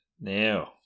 Now